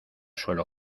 suelo